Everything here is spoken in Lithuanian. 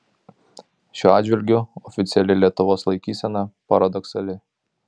šiuo atžvilgiu oficiali lietuvos laikysena paradoksali